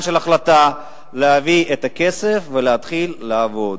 וזה עניין של החלטה להביא את הכסף ולהתחיל לעבוד.